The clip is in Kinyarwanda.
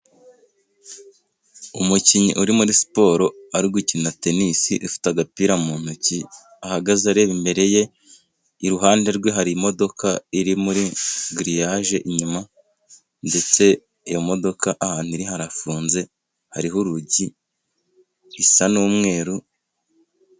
Umukinnyi uri muri siporo ari gukina tenisi afite agapira mu ntoki ahagaze areba imbere ye. Iruhande rwe hari imodoka iri muri giriyaje inyuma, ndetse iyo modoka ahantu iri harafunze hariho urugi, isa n'umweru.